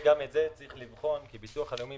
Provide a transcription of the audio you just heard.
גם את זה צריך לבחון כי הביטוח הלאומי